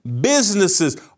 businesses